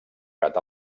gat